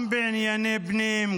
גם בענייני פנים,